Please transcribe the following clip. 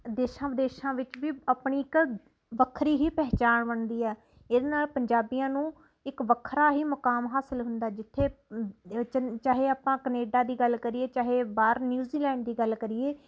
ਦੇਸ਼ਾਂ ਵਿਦੇਸ਼ਾਂ ਵਿੱਚ ਵੀ ਆਪਣੀ ਇੱਕ ਵੱਖਰੀ ਹੀ ਪਹਿਚਾਣ ਬਣਦੀ ਹੈ ਇਹਦੇ ਨਾਲ ਪੰਜਾਬੀਆਂ ਨੂੰ ਇੱਕ ਵੱਖਰਾ ਹੀ ਮੁਕਾਮ ਹਾਸਲ ਹੁੰਦਾ ਜਿੱਥੇ ਚਾਹੇ ਆਪਾਂ ਕਨੇਡਾ ਦੀ ਗੱਲ ਕਰੀਏ ਚਾਹੇ ਬਾਹਰ ਨਿਊਜ਼ੀਲੈਂਡ ਦੀ ਗੱਲ ਕਰੀਏ